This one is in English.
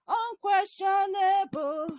unquestionable